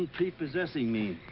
unprepossessing, mean?